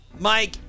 Mike